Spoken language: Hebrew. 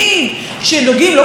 מאוד מאוד חשובים.